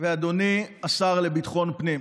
ואדוני השר לביטחון פנים,